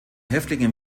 häftlingen